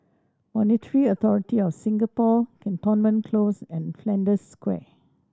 Monetary Authority Of Singapore Cantonment Close and Flanders Square